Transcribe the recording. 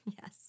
Yes